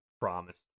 promised